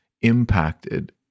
impacted